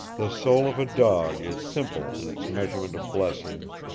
the soul of a dog is simple in its measurement of blessings,